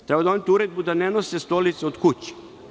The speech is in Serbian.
Treba doneti uredbu da ne nose stolice od kuće.